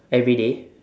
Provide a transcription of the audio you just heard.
everyday